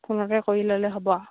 ফোনতে কৰি ল'লে হ'ব আৰু